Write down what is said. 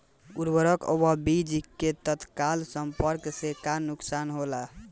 उर्वरक व बीज के तत्काल संपर्क से का नुकसान होला?